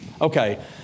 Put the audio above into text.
Okay